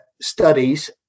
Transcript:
studies